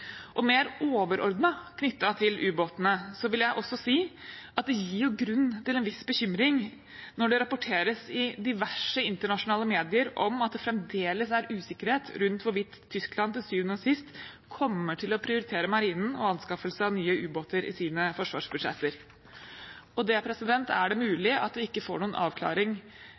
Mer overordnet knyttet til ubåtene vil jeg også si at det gir grunn til en viss bekymring når det rapporteres i diverse internasjonale medier at det fremdeles er usikkerhet rundt hvorvidt Tyskland til syvende og sist kommer til å prioritere Marinen og anskaffelse av nye ubåter i sine forsvarsbudsjetter. Det er det mulig at vi ikke får noen avklaring